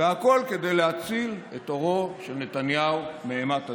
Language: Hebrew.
והכול כדי להציל את עורו של נתניהו מאימת הדין.